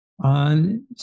on